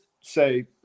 say